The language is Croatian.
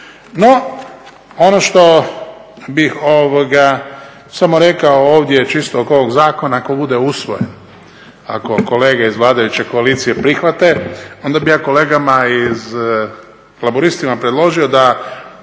No, ono što bih samo rekao ovdje čisto oko ovog zakona ako bude usvojen, ako kolege iz vladajuće koalicije prihvate, onda bih ja kolegama iz, Laburistima predložio da